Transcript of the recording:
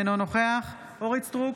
אינו נוכח אורית מלכה סטרוק,